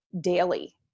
daily